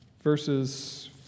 verses